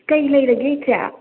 ꯀꯩ ꯂꯩꯔꯒꯦ ꯏꯆꯦ